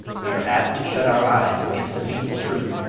we are apt to shut our eyes against a painful truth,